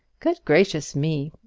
good gracious me!